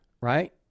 right